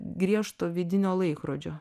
griežto vidinio laikrodžio